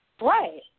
right